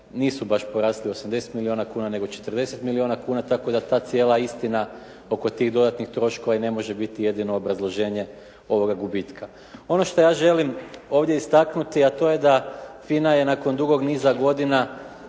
nisu baš porasli 80 milijuna kuna, nego 40 milijuna kuna, tako da cijela istina oko tih dodatnih troškova i ne može biti jedino obrazloženje ovoga gubitka. Ono što ja želim ovdje istaknuti, a to je da FINA je nakon dugog niza godina